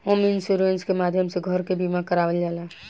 home insurance के माध्यम से घर के बीमा करावल जाला